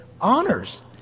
honors